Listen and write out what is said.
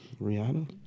Rihanna